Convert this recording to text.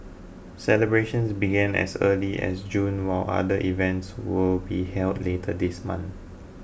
celebrations began as early as June while other events will be held later this month